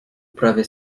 prawie